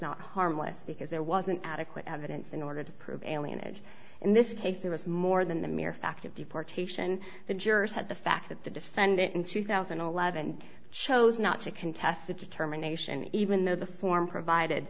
not harmless because there wasn't adequate evidence in order to prove alien it in this case it was more than the mere fact of deportation the jurors had the fact that the defendant in two thousand and eleven chose not to contest the determination even though the form provided